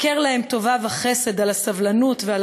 הכר להם טובה וחסד על הסבלנות ועל